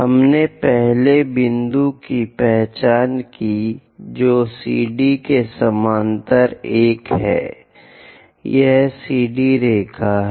हमने पहले बिंदु की पहचान की है जो CD के समानांतर 1 है यह CD रेखा है